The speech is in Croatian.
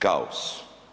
Kaos.